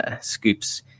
Scoop's